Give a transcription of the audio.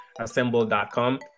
assemble.com